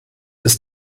ist